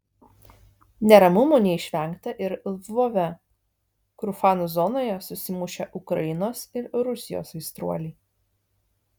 neramumų neišvengta ir lvove kur fanų zonoje susimušė ukrainos ir rusijos aistruoliai